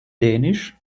dänisch